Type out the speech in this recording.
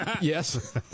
Yes